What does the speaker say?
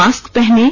mask पहनें